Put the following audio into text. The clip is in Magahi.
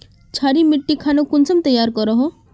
क्षारी मिट्टी खानोक कुंसम तैयार करोहो?